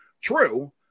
True